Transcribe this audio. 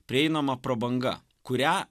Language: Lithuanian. prieinama prabanga kurią